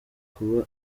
kuba